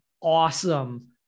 awesome